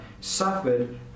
suffered